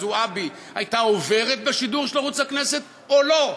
זועבי הייתה עוברת בשידור של ערוץ הכנסת או לא?